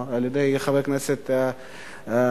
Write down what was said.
או על-ידי חברי הכנסת מקדימה,